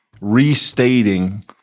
restating